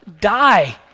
die